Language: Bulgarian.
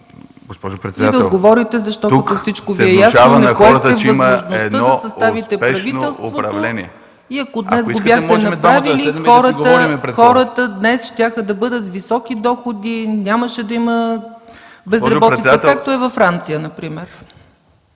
да отговорите, защото всичко Ви е ясно, за възможността да съставите правителството и ако днес го бяхте направили, хората днес щяха да бъдат с високи доходи, нямаше да има безработица, както е във Франция, например.